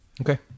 Okay